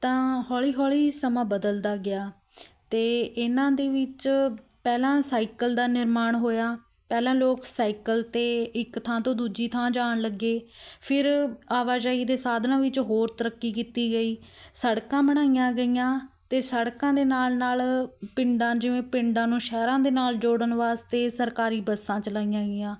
ਤਾਂ ਹੌਲੀ ਹੌਲੀ ਸਮਾਂ ਬਦਲਦਾ ਗਿਆ ਅਤੇ ਇਹਨਾਂ ਦੇ ਵਿੱਚ ਪਹਿਲਾਂ ਸਾਈਕਲ ਦਾ ਨਿਰਮਾਣ ਹੋਇਆ ਪਹਿਲਾਂ ਲੋਕ ਸਾਈਕਲ 'ਤੇ ਇੱਕ ਥਾਂ ਤੋਂ ਦੂਜੀ ਥਾਂ ਜਾਣ ਲੱਗੇ ਫਿਰ ਆਵਾਜਾਈ ਦੇ ਸਾਧਨਾਂ ਵਿੱਚ ਹੋਰ ਤਰੱਕੀ ਕੀਤੀ ਗਈ ਸੜਕਾਂ ਬਣਾਈਆਂ ਗਈਆਂ ਅਤੇ ਸੜਕਾਂ ਦੇ ਨਾਲ ਨਾਲ ਪਿੰਡਾਂ ਜਿਵੇਂ ਪਿੰਡਾਂ ਨੂੰ ਸ਼ਹਿਰਾਂ ਦੇ ਨਾਲ ਜੋੜਨ ਵਾਸਤੇ ਸਰਕਾਰੀ ਬੱਸਾਂ ਚਲਾਈਆਂ ਗਈਆਂ